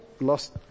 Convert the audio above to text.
lost